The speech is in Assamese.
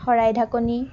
শৰাই ঢাকনী